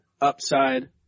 upside